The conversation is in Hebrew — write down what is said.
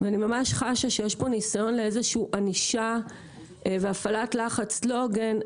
ואני ממש חשה שיש פה ניסיון לענישה ולהפעלת לחץ לא הוגן.